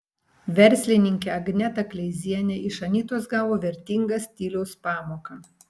verslininkė agneta kleizienė iš anytos gavo vertingą stiliaus pamoką